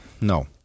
No